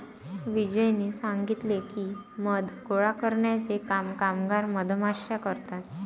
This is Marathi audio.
विजयने सांगितले की, मध गोळा करण्याचे काम कामगार मधमाश्या करतात